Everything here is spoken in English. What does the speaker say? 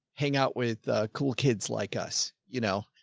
hang out with the cool kids like us. you know?